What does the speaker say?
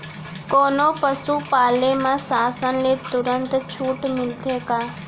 कोनो पसु पाले म शासन ले तुरंत छूट मिलथे का?